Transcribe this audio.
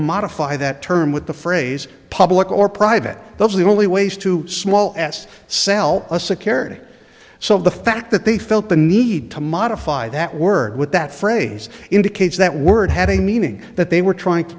modify that term with the phrase public or private those are the only ways to small ass sell a security so the fact that they felt the need to modify that word with that phrase indicates that word had a meaning that they were trying to